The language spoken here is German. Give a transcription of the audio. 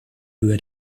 höhe